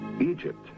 Egypt